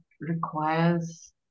requires